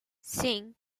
sim